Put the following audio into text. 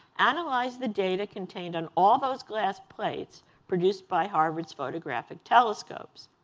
analyzed the data contained on all those glass plates produced by harvard's photographic telescopes.